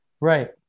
right